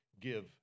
give